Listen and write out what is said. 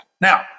Now